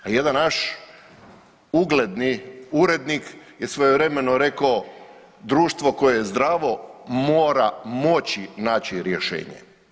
A jedan naš ugledni urednik je svojevremeno rekao, društvo koje je zdravo, mora moći naći rješenje.